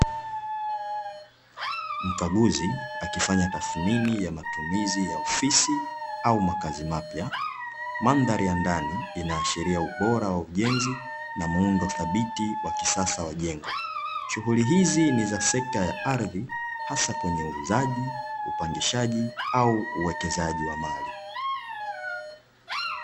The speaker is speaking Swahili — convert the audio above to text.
Mkaguzi akifanya tathimini ya matumizi ya ofisi au makazi mapya, mandhari ya ndani inaashiria ubora wa ujenzi na muundo thabiti wa kisasa wa jengo, shughuli hizi ni za sekta ya ardhi hasa kwenye uuzaji, upangishaji au uwekezaji wa mali.